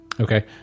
Okay